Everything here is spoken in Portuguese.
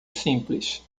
simples